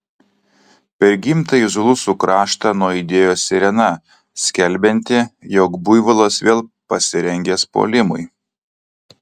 per gimtąjį zulusų kraštą nuaidėjo sirena skelbianti jog buivolas vėl pasirengęs puolimui